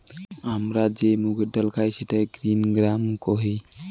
হামরা যে মুগের ডাল খাই সেটাকে গ্রিন গ্রাম কোহি